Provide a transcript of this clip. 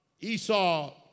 Esau